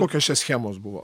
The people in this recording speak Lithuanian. kokios čia schemos buvo